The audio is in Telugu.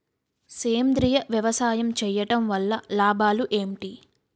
సేంద్రీయ వ్యవసాయం చేయటం వల్ల లాభాలు ఏంటి?